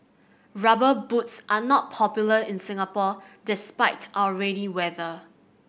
Rubber Boots are not popular in Singapore despite our rainy weather